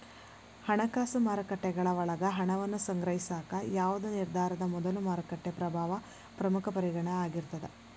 ಹಣಕಾಸು ಮಾರುಕಟ್ಟೆಗಳ ಒಳಗ ಹಣವನ್ನ ಸಂಗ್ರಹಿಸಾಕ ಯಾವ್ದ್ ನಿರ್ಧಾರದ ಮೊದಲು ಮಾರುಕಟ್ಟೆ ಪ್ರಭಾವ ಪ್ರಮುಖ ಪರಿಗಣನೆ ಆಗಿರ್ತದ